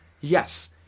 Yes